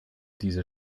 diese